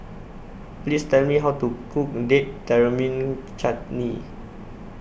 Please Tell Me How to Cook Date Tamarind Chutney